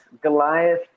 goliath